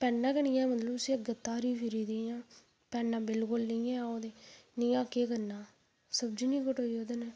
पैना गै नेईं ऐ मतलब उसी अग्गै धारी फिरी दी ऐ पैना बिल्कुल नेईं ऐ नेहा केह् करना सब्जी नेईं कटोई ओह्द कन्नै